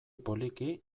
poliki